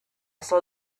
saw